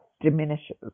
diminishes